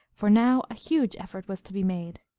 for now a huge effort was to be made.